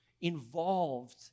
involved